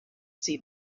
see